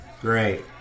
Great